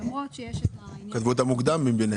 למרות שיש את ה --- אבל הם כתבו את המוקדם מביניהם.